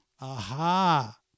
Aha